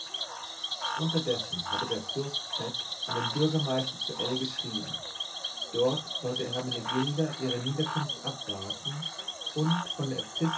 unterdessen hatte der fürst z an den bürgermeister zu l geschrieben dort sollte hermenegilda ihre niederkunft abwarten und von der